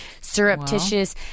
surreptitious